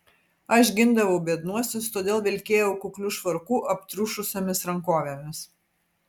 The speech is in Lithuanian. aš gindavau biednuosius todėl vilkėjau kukliu švarku aptriušusiomis rankovėmis